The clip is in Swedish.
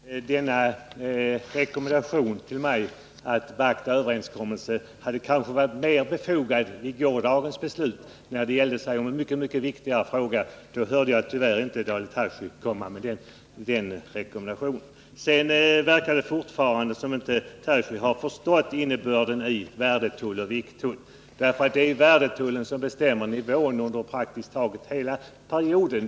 Fru talman! Denna rekommendation till mig att beakta överenskommelser hade kanske varit mer befogad inför gårdagens beslut, då det gällde en mycket, mycket viktigare fråga. Då hörde jag tyvärr inte Daniel Tarschys komma med den rekommendationen. Sedan verkar det fortfarande som om Daniel Tarschys inte har följt upp innebörden av begreppen värdetull och vikttull, för det är värdetullen som bestämmer nivån och då praktiskt taget under hela perioden.